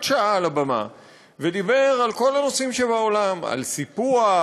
שעה על הבמה ודיבר על כל הנושאים שבעולם: על סיפוח,